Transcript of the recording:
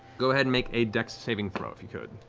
go ahead and make a dex saving throw, if you could.